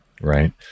Right